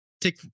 take